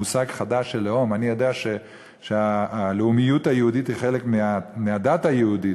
מושג חדש של "לאום" אני יודע שהלאומיות היהודית היא חלק מהדת היהודית,